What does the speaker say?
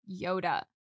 yoda